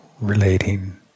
relating